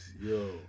Yo